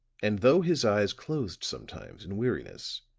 and though his eyes closed sometimes in weariness,